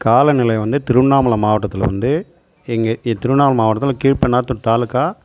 காலநிலை வந்து திருவண்ணாமலை மாவட்டத்தில் வந்து இங்கே திருவண்ணாமலை மாவட்டத்தில் கீழ்பண்ணாத்துறை தாலுக்கா